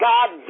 God